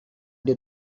they